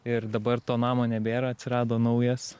ir dabar to namo nebėra atsirado naujas